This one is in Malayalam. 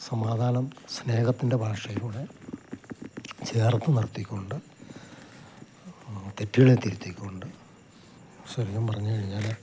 സമാധാനം സ്നേഹത്തിൻ്റെ ഭാഷയിലൂടെ ചേർത്ത് നിർത്തിക്കൊണ്ട് തെറ്റുകളെ തിരുത്തിക്കൊണ്ട് ശരിക്കും പറഞ്ഞ് കഴിഞ്ഞാൽ